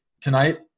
tonight